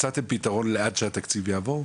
מצאתם פתרון לעד שהתקציב יעבור?